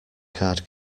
card